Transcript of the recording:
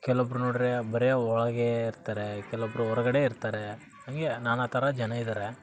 ಕೆಲೊಬ್ಬರು ನೋಡಿರೆ ಬರೀ ಒಳಗೇ ಇರ್ತಾರೆ ಕೆಲೊಬ್ಬರು ಹೊರಗಡೆ ಇರ್ತಾರೆ ಹಂಗೇ ನಾನಾ ಥರ ಜನ ಇದಾರೆ